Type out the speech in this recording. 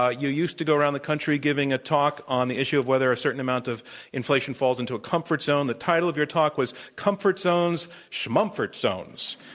ah you used to go around the country giving a talk on the issue of whether a certain amount of inflation falls into a comfort zone. the title of your talk was comfort zones, schmomfort zones.